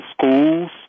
schools